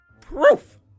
Proof